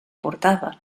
portava